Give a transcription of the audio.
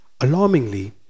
Alarmingly